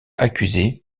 accusé